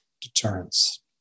deterrence